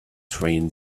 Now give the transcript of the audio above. train